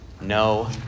No